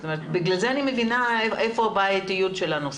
בגלל זה אני מבינה איפה הבעייתיות של הנושא.